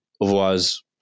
Otherwise